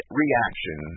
reaction